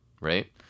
Right